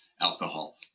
alcohol